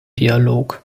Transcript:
dialog